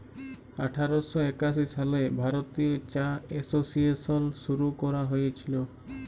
আঠার শ একাশি সালে ভারতীয় চা এসোসিয়েশল শুরু ক্যরা হঁইয়েছিল